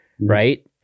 Right